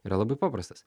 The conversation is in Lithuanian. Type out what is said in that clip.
yra labai paprastas